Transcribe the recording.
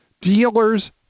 dealers